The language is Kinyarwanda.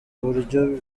uburyo